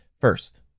first